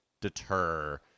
deter